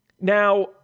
Now